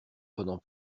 pendant